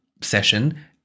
session